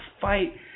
fight